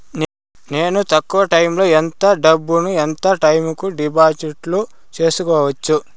నేను తక్కువ టైములో ఎంత డబ్బును ఎంత టైము కు డిపాజిట్లు సేసుకోవచ్చు?